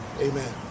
Amen